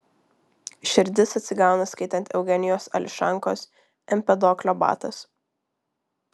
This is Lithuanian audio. širdis atsigauna skaitant eugenijaus ališankos empedoklio batas